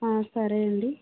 హా సరే అండి